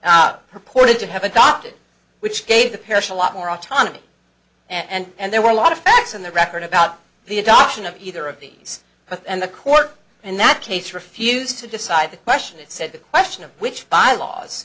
care purported to have adopted which gave the parish a lot more autonomy and there were a lot of facts in the record about the adoption of either of these and the court in that case refused to decide the question it said the question of which bylaws